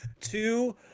Two